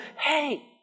hey